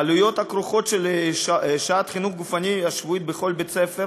העלויות הכרוכות בשעת חינוך גופני שבועית בכל בית-ספר